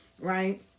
right